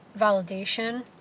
validation